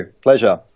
Pleasure